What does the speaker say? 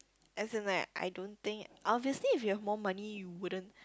as in like I don't think obviously if you have more money you wouldn't